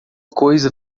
coisa